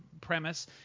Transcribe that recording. premise